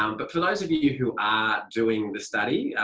um but for those of you you who are doing the study,